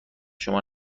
شما